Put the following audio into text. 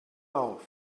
auf